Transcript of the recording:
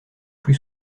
plus